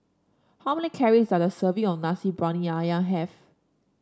how many calories does a serving of Nasi Briyani ayam have